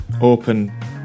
open